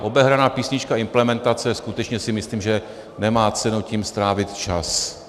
Obehraná písnička implementace, skutečně si myslím, že nemá cenu tím strávit čas.